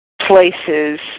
places